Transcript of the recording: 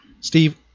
Steve